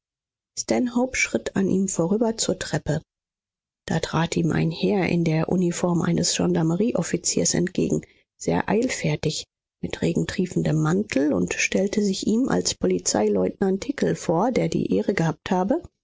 schritt an ihm vorüber zur treppe da trat ihm ein herr in der uniform eines gendarmerieoffiziers entgegen sehr eilfertig mit regentriefendem mantel und stellte sich ihm als polizeileutnant hickel vor der die ehre gehabt habe